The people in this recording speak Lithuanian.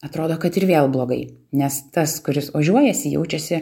atrodo kad ir vėl blogai nes tas kuris ožiuojasi jaučiasi